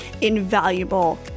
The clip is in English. invaluable